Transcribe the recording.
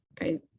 right